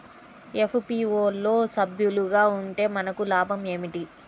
FPO లో సభ్యులుగా ఉంటే మనకు లాభం ఏమిటి?